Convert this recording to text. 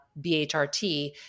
BHRT